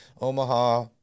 Omaha